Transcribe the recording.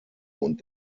und